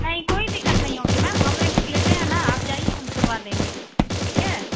नहीं कोई दिक्कत नहीं होगी मेम हम रिस्क लेते हैं ना आप जाइये हम छुड़वा देंगे ठीक है